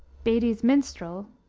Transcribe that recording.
beattie's minstrel,